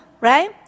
right